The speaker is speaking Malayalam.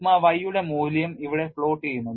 സിഗ്മ y യുടെ മൂല്യം ഇവിടെ പ്ലോട്ട് ചെയ്യുന്നു